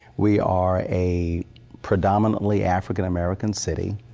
we are a predominately african-american city.